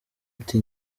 ati